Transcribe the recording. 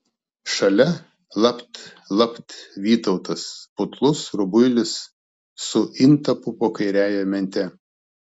šalia lapt lapt vytautas putlus rubuilis su intapu po kairiąja mente